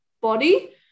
body